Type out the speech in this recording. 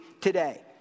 today